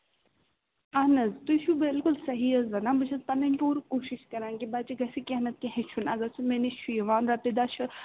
اَہَن حظ تُہۍ چھُ بِلکُل صحیح حظ وَنان بہٕ چھَس پَنٕنۍ پوٗرٕ کوٗشِش کَران کہِ بچہٕ گژھِ کیٚنٛہہ نَتہٕ کیٚنٛہہ ہیٚچھُن اگر سُہ مےٚ نِش چھُ یِوان رۄپیہِ دَہ چھُ